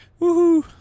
Woohoo